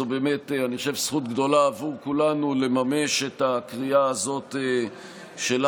אני חושב שזו זכות גדולה עבור כולנו לממש את הקריאה הזאת שלך,